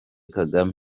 kagame